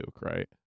right